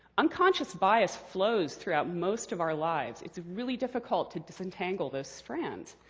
unconscious bias flows throughout most of our lives. it's really difficult to disentangle those strands.